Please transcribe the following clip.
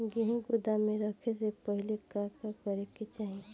गेहु गोदाम मे रखे से पहिले का का करे के चाही?